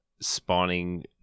spawning